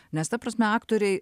nes ta prasme aktoriai